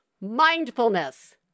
Mindfulness